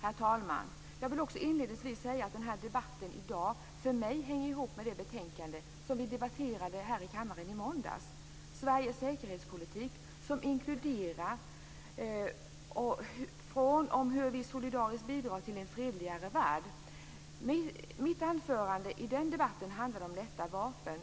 Inledningsvis vill jag också säga att denna debatt i dag för mig hänger ihop med det betänkande som vi i måndags debatterade här i kammaren, Sveriges säkerhetspolitik, som inkluderar t.ex. hur vi solidariskt bidrar till en fredligare värld. Mitt anförande i den debatten handlade om lätta vapen.